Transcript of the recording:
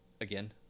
again